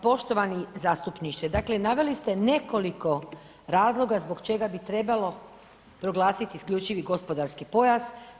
Poštovani zastupniče, dakle naveli ste nekoliko razloga zbog čega bi trebalo proglasiti isključivi gospodarski pojas.